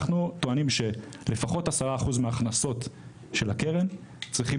אנחנו טוענים שלפחות עשרה אחוז מההכנסות של הקרן צריכים